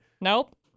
Nope